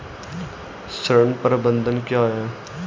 ऋण प्रबंधन क्या है?